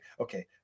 okay